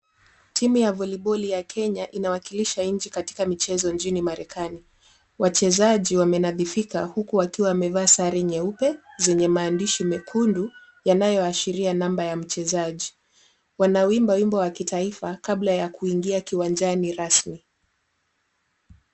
Timu ya voliboli ya Kenya inawakilisha nchi katika michezo nchini Marekani. Wachezaji wamenadhifika huku wakiwa wamevaa sare nyeupe zenye maandishi mekundu yanayoashiria number ya mchezaji. Wanauimba wimbo wa kitaifa kabla ya kuingia kiwanjani rasmi.